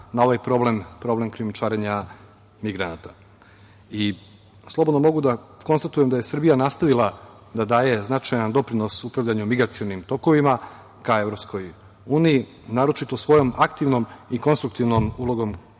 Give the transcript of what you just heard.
na ovaj problem, problem krijumčarenja migranata. Slobodno mogu da konstatujem da je Srbija nastavila da daje značajan doprinos u upravljanju migracionim tokovima ka Evropskoj uniji, naročito svojom aktivnom i konstruktivnom ulogom,